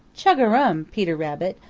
chug-arum, peter rabbit!